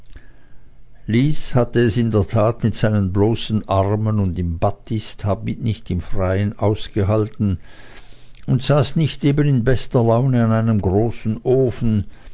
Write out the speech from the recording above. lys hatte es in der tat mit seinen bloßen armen und im batisthabit nicht im freien ausgehalten und saß nicht eben in bester laune an einem großen ofen